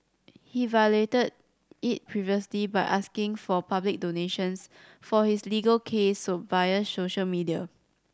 he violated it previously by asking for public donations for his legal case via social media